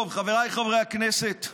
טוב, חבריי חברי הכנסת,